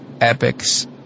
epics